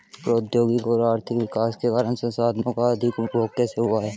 प्रौद्योगिक और आर्थिक विकास के कारण संसाधानों का अधिक उपभोग कैसे हुआ है?